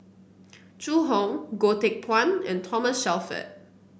Zhu Hong Goh Teck Phuan and Thomas Shelford